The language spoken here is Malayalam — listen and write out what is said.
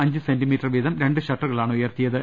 അഞ്ച് സെന്റിമീറ്റർ വീതം രണ്ട് ഷട്ടറുകളാണ് ഉയർത്തിയത്